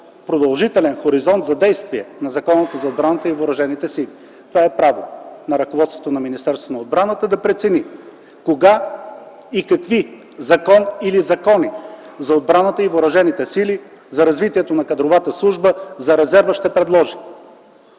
продължителен хоризонт за действие на Закона за отбраната и въоръжените сили. Това е право на ръководството на Министерството на отбраната - да прецени кога и какви закон или закони за отбраната и въоръжените сили, за развитието на кадровата служба, за резерва ще предложи.